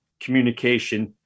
communication